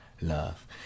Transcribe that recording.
love